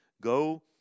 Go